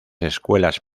escuelas